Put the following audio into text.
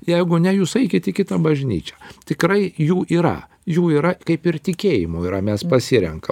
jeigu ne jūs eikit į kitą bažnyčią tikrai jų yra jų yra kaip ir tikėjimų yra mes pasirenkam